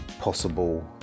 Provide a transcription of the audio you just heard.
possible